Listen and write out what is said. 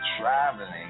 traveling